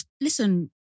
Listen